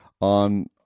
on